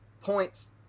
points